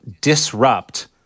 disrupt